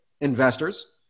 investors